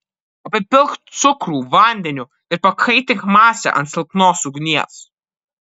apipilk cukrų vandeniu ir pakaitink masę ant silpnos ugnies